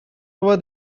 over